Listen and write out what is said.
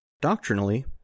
Doctrinally